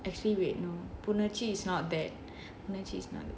actually wait no புணர்ச்சி:punarchi is not that புணர்ச்சி:punarchi is not that